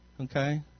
Okay